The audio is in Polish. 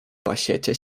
pasiecie